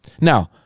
Now